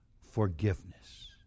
forgiveness